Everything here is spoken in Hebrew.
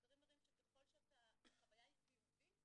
מחקרים מראים שככל שהחוויה היא חיובית,